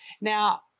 Now